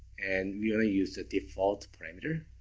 and we're gonna use a default parameter.